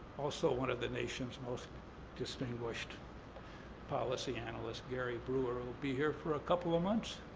also one of the nation's most distinguished policy analysts, gary brewer, who'll be here for a couple of months?